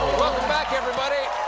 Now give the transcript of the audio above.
welcome back, everybody.